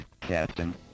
Captain